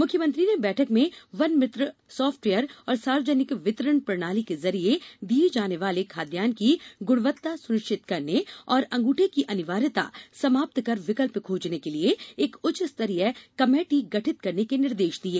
मुख्यमंत्री ने बैठक में वन मित्र साफ्टवेयर और सार्वजनिक वितरण प्रणाली के जरिये दिये जाने वाले खादयान्न की गुणवत्ता सुनिश्चित करने और अंगूठे की अनिवार्यता समाप्त कर विकल्प खोजने के लिए एक उच्चस्तरीय कमेटी गठित करने के निर्देश दिये